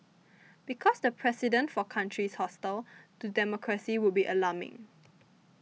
because the precedent for countries hostile to democracy would be alarming